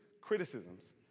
criticisms